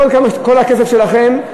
כל הכסף שלכם,